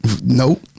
Nope